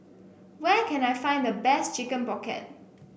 where can I find the best Chicken Pocket